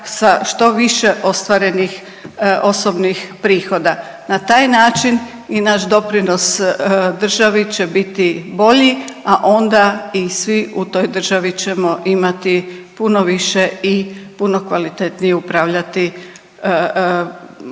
sa što više ostvarenih osobnih prihoda. Na taj način i naš doprinos državi će biti bolji, a onda i svi u toj državi ćemo imati puno više i puno kvalitetnije upravljati i